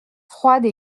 froide